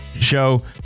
show